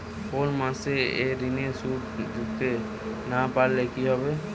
কোন মাস এ ঋণের সুধ দিতে না পারলে কি হবে?